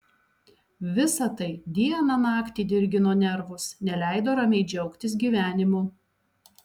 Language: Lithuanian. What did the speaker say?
visa tai dieną naktį dirgino nervus neleido ramiai džiaugtis gyvenimu